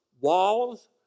walls